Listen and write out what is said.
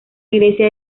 iglesia